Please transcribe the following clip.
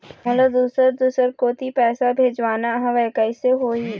मोला दुसर दूसर कोती पैसा भेजवाना हवे, कइसे होही?